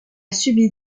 subi